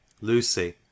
Lucy